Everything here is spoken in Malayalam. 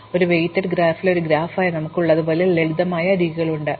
പക്ഷേ ഒരു വെയ്റ്റഡ് ഗ്രാഫിൽ ഒരു ഗ്രാഫ് ആയ നമുക്ക് ഇപ്പോൾ ഉള്ളതുപോലെ ലളിതമായ അരികുകളുണ്ട്